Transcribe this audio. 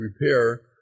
repair